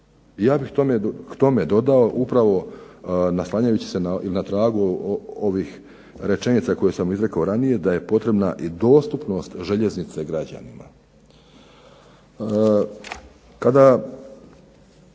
Ja bih k tome dodao naslanjajući se na tragu ovih rečenica koje sam izrekao ranije da je potrebna i dostupnost željeznice građanima.